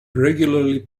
regularly